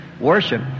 worship